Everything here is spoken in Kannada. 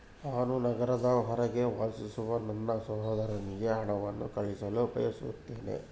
ನಾನು ನಗರದ ಹೊರಗೆ ವಾಸಿಸುವ ನನ್ನ ಸಹೋದರನಿಗೆ ಹಣವನ್ನು ಕಳುಹಿಸಲು ಬಯಸುತ್ತೇನೆ